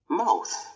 mouth